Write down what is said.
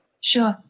Sure